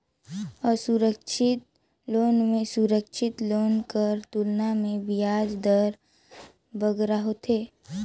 असुरक्छित लोन में सुरक्छित लोन कर तुलना में बियाज दर बगरा होथे